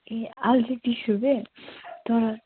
ए आलु चाहिँ तिस रुपियाँ तर